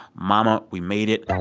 mama, we made it. ah